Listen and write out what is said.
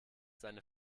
seine